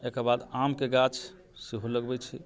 एकर बाद आमके गाछ